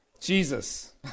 Jesus